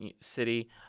City